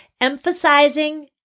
emphasizing